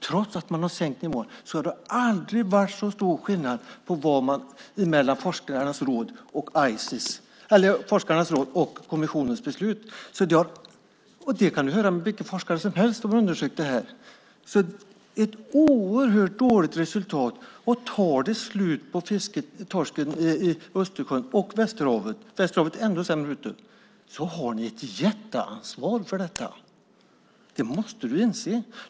Trots att man har sänkt nivåerna har det aldrig varit så stor skillnad mellan forskarnas råd och kommissionens beslut. Det kan du höra från vilken forskare som helst som har undersökt det här. Det är ett oerhört dåligt resultat. Tar det slut på torsken i Östersjön och Västerhavet, som är ännu sämre ute, har ni ett jätteansvar för detta. Det måste du inse.